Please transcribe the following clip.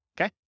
okay